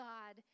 God